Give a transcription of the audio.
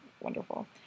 wonderful